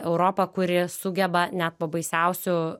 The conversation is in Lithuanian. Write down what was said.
europą kuri sugeba net po baisiausių